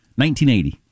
1980